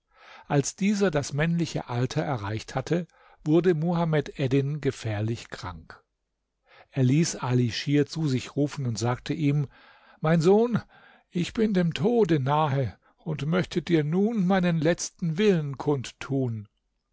als dieser das männliche alter erreicht hatte wurde muhamed eddin gefährlich krank er ließ ali schir zu sich rufen und sagte ihm mein sohn ich bin dem tode nahe und möchte dir nun meinen letzten willen kund tun